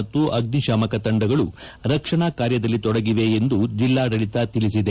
ಮತ್ತು ಅಗ್ನಿಶಾಮಕ ತಂಡಗಳು ರಕ್ಷಣಾ ಕಾರ್ಯದಲ್ಲಿ ತೊಡಗಿವೆ ಎಂದು ಜಿಲ್ಲಾಡಳಿತ ತಿಳಿಸಿದೆ